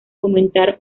fomentar